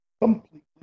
completely